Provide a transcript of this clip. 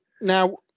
now